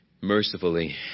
mercifully